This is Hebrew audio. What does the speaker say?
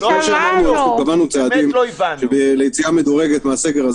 קבענו צעדים ליציאה מדורגת מהסגר הזה,